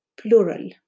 plural